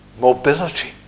mobility